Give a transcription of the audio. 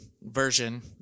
version